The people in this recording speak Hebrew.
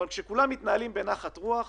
אם כולם מתנהלים בנחת רוח,